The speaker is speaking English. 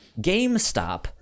GameStop